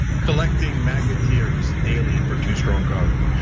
collecting maga tears daily for too strong coffee,